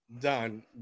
done